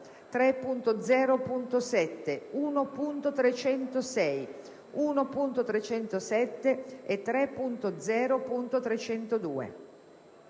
3.0.7, 1.306, 1.307 e 3.0.302.